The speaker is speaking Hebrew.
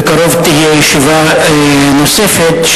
בקרוב תהיה ישיבה נוספת,